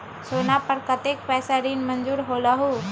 सोना पर कतेक पैसा ऋण मंजूर होलहु?